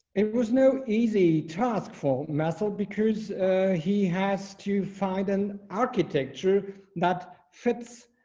it was no easy task for muscle because he has to find an architecture that fits